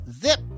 zip